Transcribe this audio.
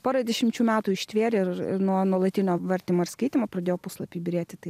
porą dešimčių metų ištvėrė ir nuo nuolatinio vartymo ir skaitymo pradėjo puslapiai byrėti tai